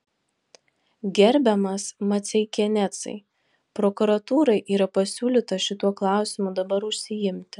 gerbiamas maceikianecai prokuratūrai yra pasiūlyta šituo klausimu dabar užsiimti